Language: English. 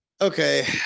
Okay